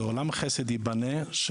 עולם החסד ייבנה בחסד.